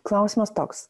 klausimas toks